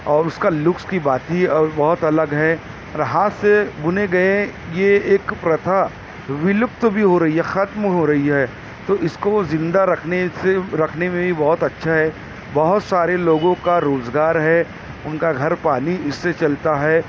اور اس کا لکس کی بات ہی اور بہت الگ ہے اور ہاتھ سے بنے گئے یہ ایک پرتھا ولپت بھی ہو رہی ہے ختم ہو رہی ہے تو اس کو وہ زندہ رکھنے سے رکھنے میں بھی بہت اچھا ہے بہت سارے لوگوں کا روزگار ہے ان کا گھر پانی اس سے چلتا ہے